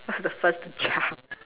was the first to jump